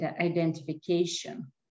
identification